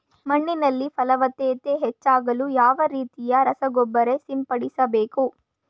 ಮಣ್ಣಿನಲ್ಲಿ ಫಲವತ್ತತೆ ಹೆಚ್ಚಾಗಲು ಯಾವ ರೀತಿಯ ರಸಗೊಬ್ಬರ ಸಿಂಪಡಿಸಬೇಕು?